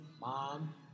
mom